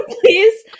Please